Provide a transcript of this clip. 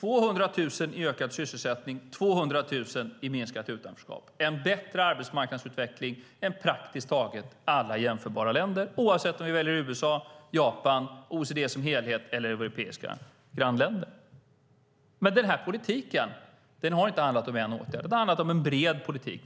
200 000 i ökad sysselsättning, 200 000 i minskat utanförskap, en bättre arbetsmarknadsutveckling än praktiskt taget alla jämförbara länder, oavsett om vi väljer USA, Japan, OECD som helhet eller europeiska grannländer. Den här politiken har inte handlat om en åtgärd, utan det har handlat om en bred politik.